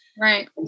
Right